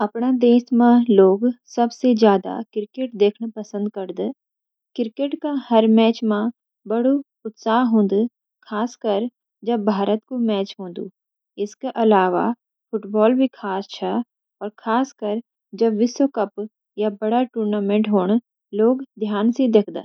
अपणा देश म लोग सबसे ज्यादा क्रिकेट देखण पसंद करद। क्रिकेट का हर मैच म बडुं उत्साह हूंद, खासकर जब भारत को मैच हूंद। इसके अलावा, फुटबॉल भी खास छ, और खासकर जब विश्व कप या बड़ा टूर्नामेंट होण, लोग ध्यान स देखद।